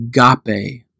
agape